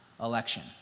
election